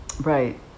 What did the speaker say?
Right